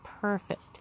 perfect